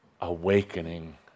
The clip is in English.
awakening